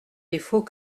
défauts